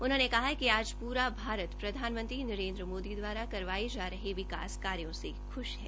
उन्होंने कहा कि आज पूरा भारत प्रधानमंत्री नरेन्द्र मोदी द्वारा करवाए जा रहे विकास कार्यो से खूश हैं